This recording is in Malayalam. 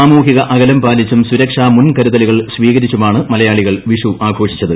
സാമൂഹിക അകലം പാലിച്ചും സുരക്ഷാ മുൻകരുതലുകൾ സ്വീകരിച്ചുമാണ് മലയാളികൾ വിഷു ആഘോഷിച്ചത്